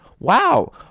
Wow